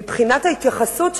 מבחינת ההתייחסות שלנו,